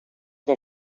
del